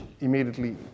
immediately